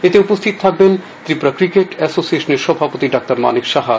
এতে উপস্থিত থাকবেন ত্রিপুরা ক্রিকেট এসোসিয়েশনের সভাপতি ডা মানিক সাহা